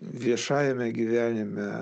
viešajame gyvenime